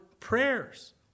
Prayers